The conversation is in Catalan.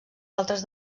altres